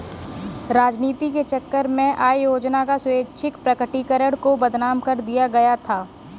राजनीति के चक्कर में आय योजना का स्वैच्छिक प्रकटीकरण को बदनाम कर दिया गया था